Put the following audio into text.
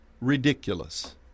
ridiculous